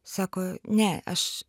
sako ne aš